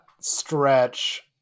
stretch